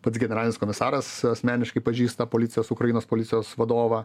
pats generalinis komisaras asmeniškai pažįsta policijos ukrainos policijos vadovą